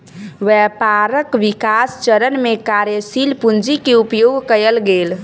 व्यापारक विकास चरण में कार्यशील पूंजी के उपयोग कएल गेल